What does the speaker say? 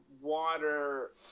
water